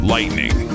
Lightning